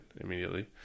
immediately